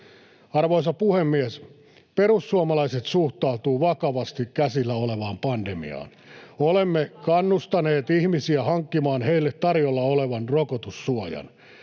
Arvoisa puhemies! Perussuomalaiset suhtautuvat vakavasti käsillä olevaan pandemiaan. Olemme kannustaneet ihmisiä hankkimaan heille tarjolla olevan rokotussuojan.